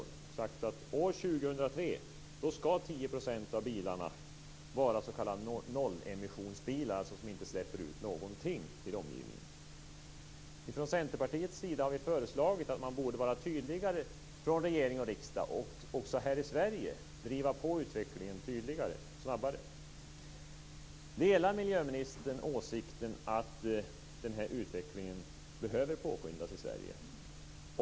Man har sagt: År 2003 ska 10 % av bilarna vara s.k. nollemissionsbilar, dvs. bilar som inte släpper ut någonting till omgivningen. Från Centerpartiet har vi föreslagit att man från regering och riksdag borde vara tydligare och också här i Sverige snabbare driva på utvecklingen. Delar miljöministern åsikten att den här utvecklingen behöver påskyndas i Sverige?